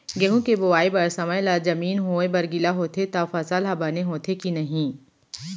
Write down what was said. गेहूँ के बोआई बर समय ला जमीन होये बर गिला होथे त फसल ह बने होथे की नही?